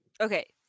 Okay